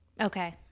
okay